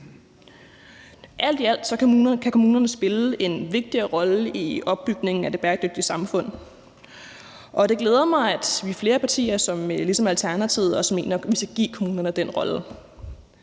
Alt i alt kan kommunerne spille en vigtigere rolle i opbygningen af det bæredygtige samfund, og det glæder mig, at der er flere partier, der ligesom Alternativet også mener, at vi skal give kommunerne den rolle.